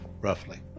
roughly